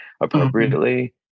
appropriately